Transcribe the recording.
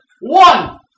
One